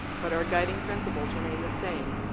but our guiding principles remain the same.